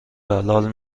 بلال